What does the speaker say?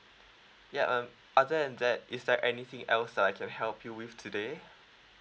yup um other than that is there anything else that I can help you with today